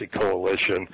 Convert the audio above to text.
Coalition